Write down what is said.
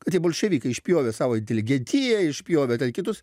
kad tie bolševikai išpjovė savo inteligentiją išpjovė kitus